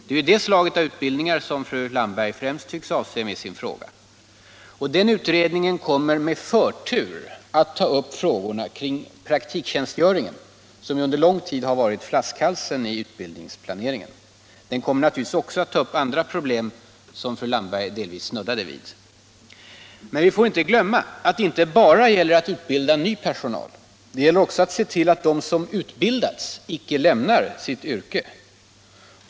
Det är det slaget av utbildningar som fru Landberg främst tycks avse med sin fråga. Den utredningen kommer med förtur att ta upp frågorna kring praktiktjänstgöring, som under lång tid varit flaskhalsen i utbildningsplaneringen. Den kommer naturligtvis också att ta upp andra problem, som fru Landberg delvis snuddade vid. Men vi får inte glömma att det inte bara gäller att utbilda ny personal. Det gäller också att se till att de som utbildas inte lämnar sitt yrke.